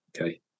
Okay